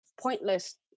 pointless